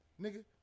nigga